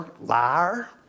Liar